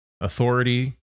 authority